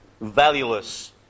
valueless